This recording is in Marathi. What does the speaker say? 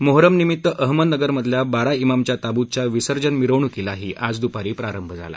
मोहरामनिमित अहमदनगर मधल्या बारा इमामच्या ताबूतच्या विसर्जन मिरवणुकीला ही द्पारी प्रारंभ झाला